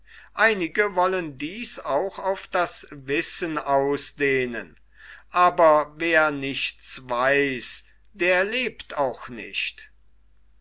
einige wollen dies auch auf das wissen ausdehnen aber wer nichts weiß der lebt auch nicht